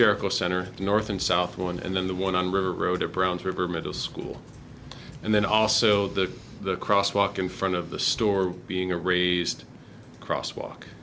jericho center north and south one and then the one on river road at browns river middle school and then also the cross walk in front of the store being a raised crosswalk